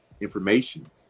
information